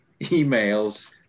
emails